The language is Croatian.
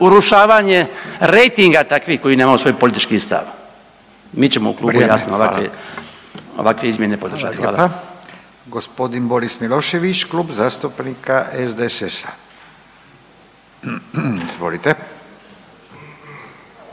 urušavanje rejtinga takvih koji nemaju svoj politički stav. Mi ćemo u klubu jasno …/Upadica Radin: Vrijeme, hvala./…